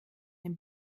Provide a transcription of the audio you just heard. dem